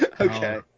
Okay